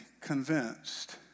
convinced